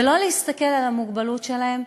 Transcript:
ולא להסתכל על המוגבלות שלהם,